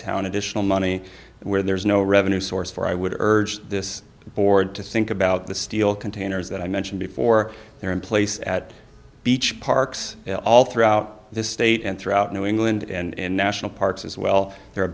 town additional money where there is no revenue source for i would urge this board to think about the steel containers that i mentioned before they're in place at beach parks all throughout this state and throughout new england and national parks as well they're